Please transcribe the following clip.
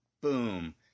boom